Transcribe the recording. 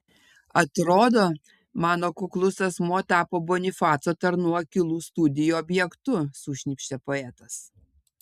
atrodo mano kuklus asmuo tapo bonifaco tarnų akylų studijų objektu sušnypštė poetas